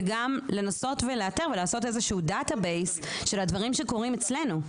וגם לנסות ולאתר ולעשות איזשהו דאטה בייס של הדברים שקורים אצלנו.